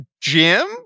Jim